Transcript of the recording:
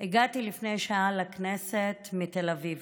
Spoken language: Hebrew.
הגעתי לפני שעה לכנסת מתל אביב.